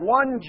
one